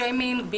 שיימינג,